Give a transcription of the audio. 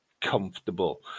comfortable